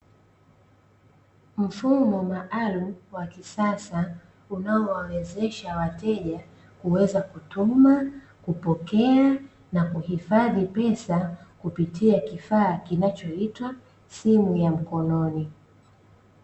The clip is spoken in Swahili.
Mfumo maalumu wa kisasa unaowawezesha wateja kuweza kutuma ,kupokea na kuhifadhi pesa kupitia kifaa kinachoitwa simu ya mkononi .